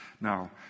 Now